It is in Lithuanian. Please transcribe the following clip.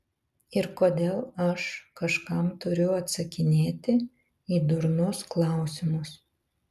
ir kodėl aš kažkam turiu atsakinėti į durnus klausimus